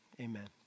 amen